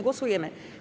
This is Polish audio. Głosujemy.